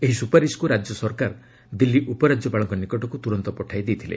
ଏହି ସୁପାରିସକୁ ରାଜ୍ୟ ସରକାର ଦିଲ୍ଲୀ ଉପରାଜ୍ୟପାଳଙ୍କ ନିକଟକୁ ତୁରନ୍ତ ପଠାଇ ଦେଇଥିଲେ